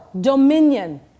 dominion